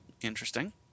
interesting